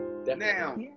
Now